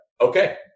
okay